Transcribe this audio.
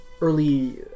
early